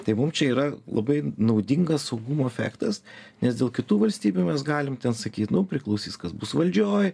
tai mum čia yra labai naudingas saugumo efektas nes dėl kitų valstybių mes galim sakyt nu priklausys kas bus valdžioj